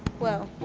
whoa,